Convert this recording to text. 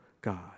God